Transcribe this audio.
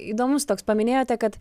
įdomus toks paminėjote kad